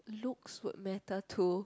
looks would matter too